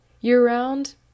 year-round